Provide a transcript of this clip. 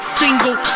single